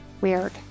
weird